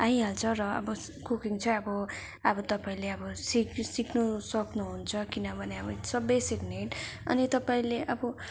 आइहाल्छ र अब कुकिङ चाहिँ अब अब तपाईँले अब सिक सिक्नु सक्नु हुन्छ किनभने अब इट्स अ बेसिक निड अनि तपाईँले अब